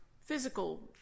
physical